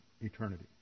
eternity